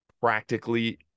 practically